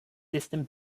system